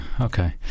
okay